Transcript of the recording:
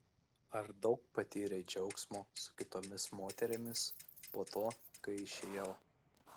ar daug patyrei džiaugsmo su kitomis moterimis po to kai išėjau